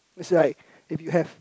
is like that you have